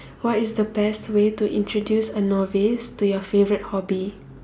what is the best way to introduce a novice to your favorite hobby